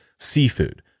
seafood